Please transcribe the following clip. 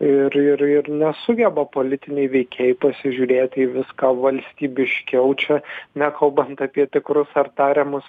ir ir ir nesugeba politiniai veikėjai pasižiūrėti į viską valstybiškiau čia nekalbant apie tikrus ar tariamus